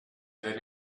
then